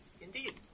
Indeed